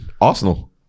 Arsenal